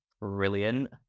brilliant